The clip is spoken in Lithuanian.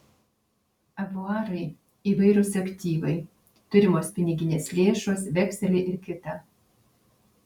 avuarai įvairūs aktyvai turimos piniginės lėšos vekseliai ir kita